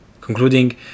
Concluding